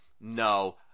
No